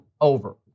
Over